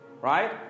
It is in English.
Right